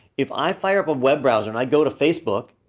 if i fire-up a web browser and i go to facebook,